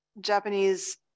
Japanese